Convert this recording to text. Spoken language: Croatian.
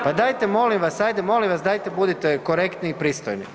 Pa dajte molim vas, hajde molim vas dajte budite korektni i pristojni.